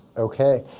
ok,